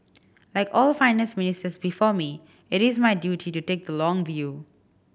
like all Finance Ministers before me it is my duty to take the long view